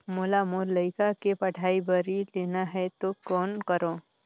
मोला मोर लइका के पढ़ाई बर ऋण लेना है तो कौन करव?